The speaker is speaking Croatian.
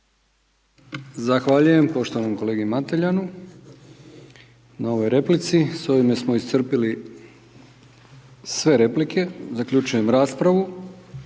Zahvaljuje poštovanoj kolegici Josić. S ovime smo iscrpili sve rasprave. Zaključujem raspravu.